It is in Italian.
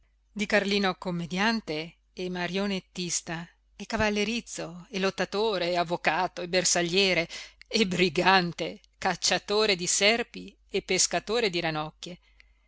di carlino commediante e marionettista e cavallerizzo e lottatore e avvocato e bersagliere e brigante e cacciatore di serpi e pescatore di ranocchie